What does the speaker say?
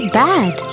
bad